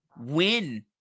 win